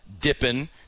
dipping